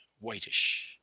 whitish